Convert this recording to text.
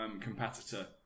competitor